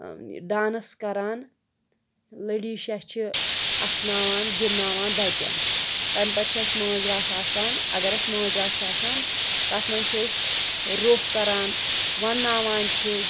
dance کَران لٔڈی شاہ چھِ اَسناوان گِنٛدناوان بَچَن تَمہِ پَتہٕ چھِ اَسہِ مٲنٛزۍ راتھ آسان اَگَر اَسہِ مٲنٛزۍ راتھ چھِ آسان تَتھ منٛز چھِ أسۍ روٚف کَران وَنناوان چھِ